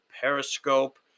Periscope